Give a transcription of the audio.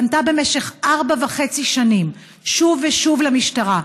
פנתה במשך ארבע וחצי שנים שוב ושוב למשטרה,